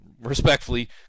respectfully